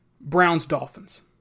Browns-Dolphins